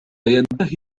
ينتهي